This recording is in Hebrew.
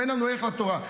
אין לנו ערך לתורה.